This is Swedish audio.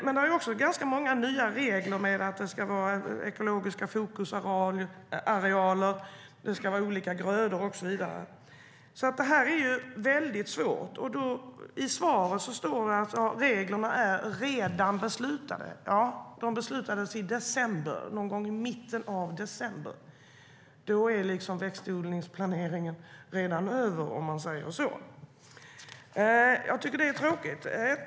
Man har också ganska många nya regler om att det ska vara ekologiska fokusarealer, olika grödor och så vidare. Det här är alltså väldigt svårt.I svaret står det att reglerna redan är beslutade. Ja, de beslutades någon gång i mitten av december. Då är växtodlingsplaneringen redan över, om man säger så. Jag tycker att det här är tråkigt.